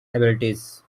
abilities